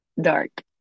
dark